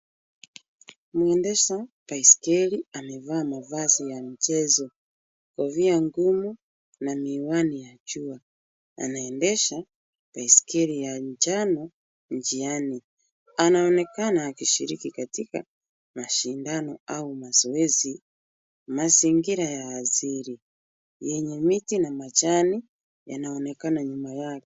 Muendesha baiskeli amevaa mavazi ya michezo, kofia ngumu na miwani ya jua. Anaendesha baiskeli ya njano njiani. Anaonekana akishiriki katika mashindano au mazoezi. Mazingira ya ya alasiri yenye miti na majani yanaonekana nyuma yake.